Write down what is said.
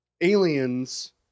Aliens